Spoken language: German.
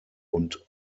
und